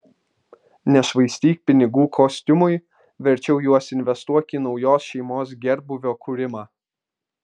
nešvaistyk pinigų kostiumui verčiau juos investuok į naujos šeimos gerbūvio kūrimą